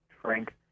frank